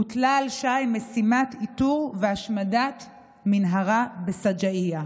הוטלה על שי משימת איתור והשמדת מנהרה בשג'אעיה.